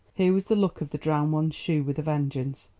here was the luck of the drowned one's shoe with a vengeance.